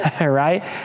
right